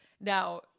Now